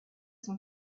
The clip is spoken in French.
son